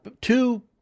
two